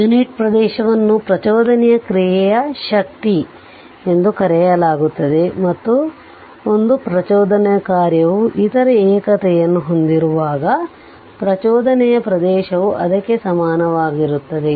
unit ಪ್ರದೇಶವನ್ನು ಪ್ರಚೋದನೆಯ ಕ್ರಿಯೆಯ ಶಕ್ತಿ ಎಂದು ಕರೆಯಲಾಗುತ್ತದೆ ಮತ್ತು ಒಂದು ಪ್ರಚೋದನೆಯ ಕಾರ್ಯವು ಇತರ ಏಕತೆಯನ್ನು ಹೊಂದಿರುವಾಗ ಪ್ರಚೋದನೆಯ ಪ್ರದೇಶವು ಅದಕ್ಕೆ ಸಮನಾಗಿರುತ್ತದೆ